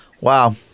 Wow